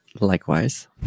Likewise